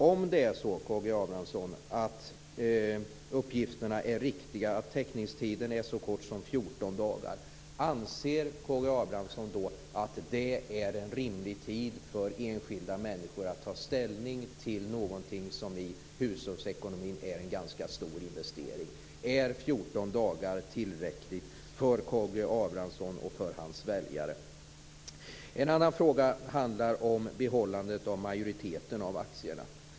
Om uppgifterna om att teckningstiden är så kort som 14 dagar är riktig, anser K G Abramsson då att det är en rimlig tid för enskilda människor att ta ställning till någonting som är en ganska stor investering för hushållsekonomin? Är 14 dagar tillräckligt för K G Abramsson och hans väljare? En annan fråga handlar om behållandet av majoriteten av aktierna.